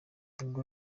nubwo